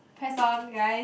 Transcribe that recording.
press on guys